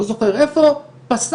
לאחר מספר פניות לחדר מיון נשים,